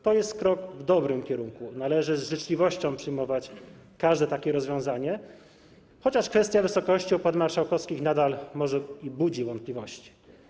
To jest krok w dobrym kierunku - należy z życzliwością przyjmować każde takie rozwiązanie, chociaż kwestia wysokości opłat marszałkowskich nadal budzi wątpliwości.